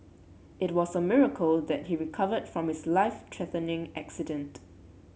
it was a miracle that he recovered from his life threatening accident